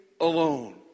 alone